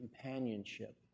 companionship